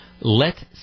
let